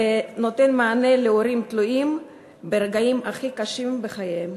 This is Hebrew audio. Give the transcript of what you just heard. ונותן מענה להורים תלויים ברגעים הכי קשים בחייהם.